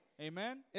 Amen